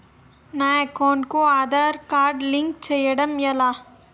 నా అకౌంట్ కు Aadhaar card link చేయడం ఎలా?